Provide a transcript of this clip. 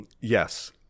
Yes